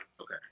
Okay